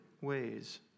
ways